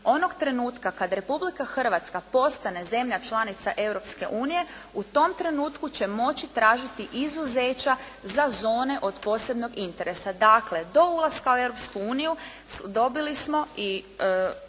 onog trenutka kad Republika Hrvatske postane zemlja članica Europske unije u tom trenutku će moći zatražiti izuzeća za zone od posebnog interesa. Dakle, do ulaska u Europsku uniju